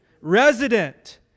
Resident